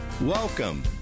Welcome